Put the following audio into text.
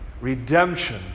redemption